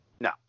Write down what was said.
No